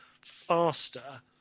faster